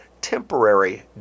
temporary